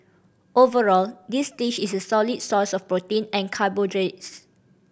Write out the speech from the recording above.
overall this dish is a solid source of protein and carbohydrates